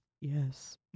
yes